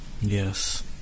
Yes